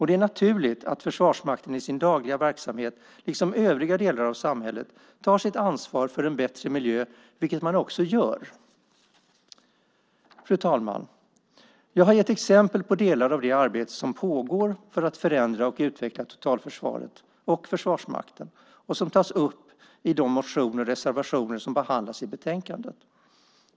Det är naturligt att Försvarsmakten i sin dagliga verksamhet, liksom övriga delar av samhället, tar sitt ansvar för en bättre miljö - vilket man också gör. Fru talman! Jag har gett exempel på delar av det arbete som pågår för att förändra och utveckla totalförsvaret och Försvarsmakten och som tas upp i de motioner och reservationer som behandlas i betänkandet.